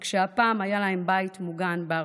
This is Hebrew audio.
רק שהפעם היה להם בית מוגן בארצנו.